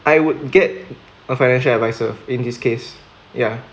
I would get a financial adviser in this case ya